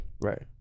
Right